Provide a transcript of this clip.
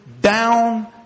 down